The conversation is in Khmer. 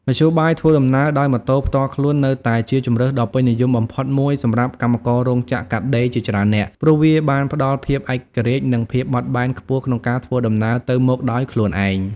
មធ្យោបាយធ្វើដំណើរដោយម៉ូតូផ្ទាល់ខ្លួននៅតែជាជម្រើសដ៏ពេញនិយមបំផុតមួយសម្រាប់កម្មកររោងចក្រកាត់ដេរជាច្រើននាក់ ព្រោះវាបានផ្តល់ភាពឯករាជ្យនិងភាពបត់បែនខ្ពស់ក្នុងការធ្វើដំណើរទៅមកដោយខ្លួនឯង។